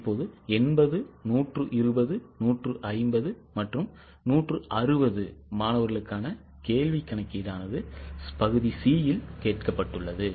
இப்போது 80 120 150 மற்றும் 160 மாணவர்களுக்கான கேள்வி கணக்கீடு C பகுதியில் கேட்கப்பட்டுள்ளது